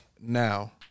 now